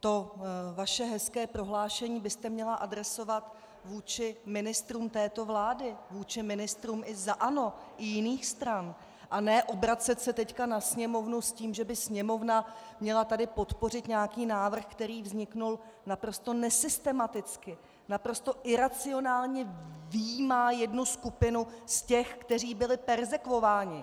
to vaše hezké prohlášení byste měla adresovat vůči ministrům této vlády, vůči ministrům za ANO i jiných stran, a ne se obracet teď na Sněmovnu s tím, že by Sněmovna tady měla podpořit nějaký návrh, který vznikl naprosto nesystematicky, naprosto iracionálně vyjímá jednu skupinu z těch, kteří byli perzekvováni.